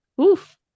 oof